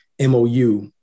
MOU